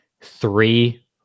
three